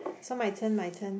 so my turn my turn